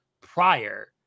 prior